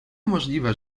możliwe